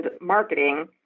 marketing